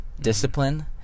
discipline